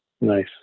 nice